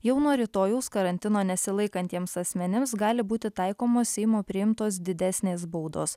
jau nuo rytojaus karantino nesilaikantiems asmenims gali būti taikomos seimo priimtos didesnės baudos